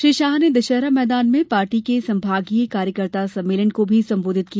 श्री शाह ने दशहरा मैदान में पार्टी के संभागीय कार्यकर्ता सम्मेलन को भी संबोधित किया